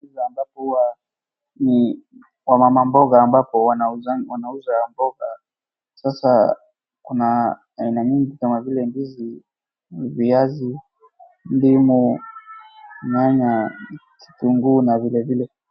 Ambapo huwa ni wamama mboga ambapo wanauza mboga. Sasa kuna aina nyingi kama vile ndizi, viazi, ndimu, kitunguu na vilevile.